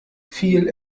viel